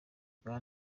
bwa